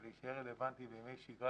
הוא להישאר רלוונטי בימי שגרה,